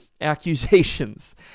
accusations